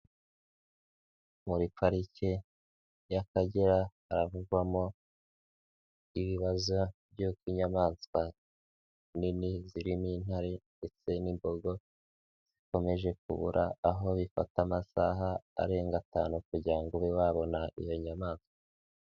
Muri pariki y'Akagera haravugwamo ibibazo by'uko inyamaswa nini zirimo intare ndetse n'imboga zikomeje kubura aho bifata amasaha arenga atanu kugira ngo ube babona iyo nyamaswa.